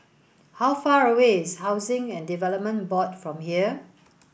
how far away is Housing and Development Board from here